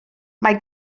mae